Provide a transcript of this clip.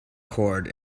cord